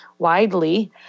Widely